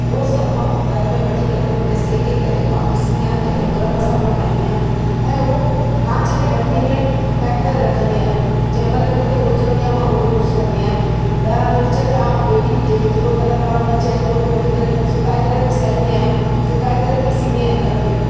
उहो सभु मां घर में वठी करे उनखे सेके करे मां पीसींदी आहियां जंहिंजो गरमु मसाल्हो ठाहींदी आहियां ऐं उहो कांच जी बरणीअ में पैक करे रखंदी आहियां जंहिं महिल बि मूंखे घुरिज हुंदी आहे मां उहो यूस कंदी आहियां ॻाड़ा मिर्च थिया देॻी जेको कलर वारा मिर्च आहिनि उहो बि वठी सुकाए करे पीसांईंदी आहियां सुकाए करे पीसींदी आहियां घर में